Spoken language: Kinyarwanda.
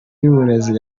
y’uburezi